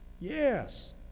Yes